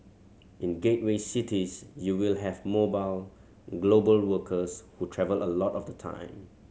in gateway cities you will have mobile global workers who travel a lot of the time